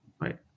Right